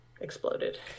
Exploded